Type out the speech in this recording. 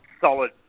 solid